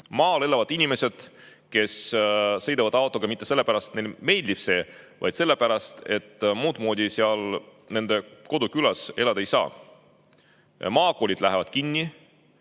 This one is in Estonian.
maal elavad inimesed, kes sõidavad autoga mitte selle pärast, et see neile meeldib, vaid selle pärast, et muud moodi nende kodukülas elada ei saa. Maakoolid lähevad kinni,